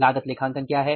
लागत लेखांकन क्या है